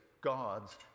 god's